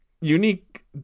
unique